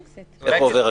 איפה עובר הגבול.